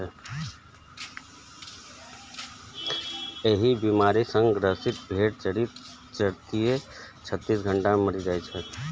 एहि बीमारी सं ग्रसित भेड़ चरिते चरिते छत्तीस घंटा मे मरि जाइ छै